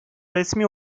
resmi